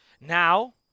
Now